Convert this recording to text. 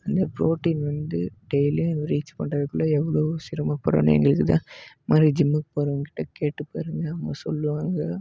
அந்த புரோட்டீன் வந்து டெய்லியும் ரீச் பண்றதுக்குள்ள எவ்வளோ சிரமப்படுறோம்னு எங்களுக்குதான் இந்தமாதிரி ஜிம்முக்குப் போகிறவங்ககிட்ட கேட்டுப்பாருங்கள் அவங்க சொல்வாங்க